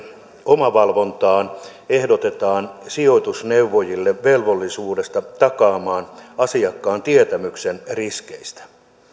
omavalvontaan ehdotetaan sijoitusneuvojille velvollisuutta taata asiakkaan tietämys riskeistä toivoisin